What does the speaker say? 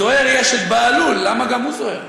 זוהר, יש בהלול, למה גם הוא זוהר?